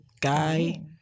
guy